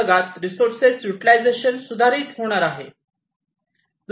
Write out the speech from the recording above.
जगात resources utilisation सुधारित होणार आहे